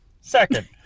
second